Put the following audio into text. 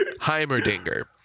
heimerdinger